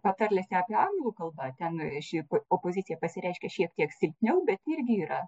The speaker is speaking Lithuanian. patarlėse apie anglų kalbą ten ši opozicija pasireiškia šiek tiek silpniau bet irgi yra